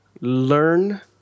learn